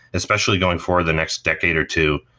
especially going for the next decade or two,